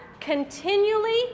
continually